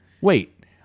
Wait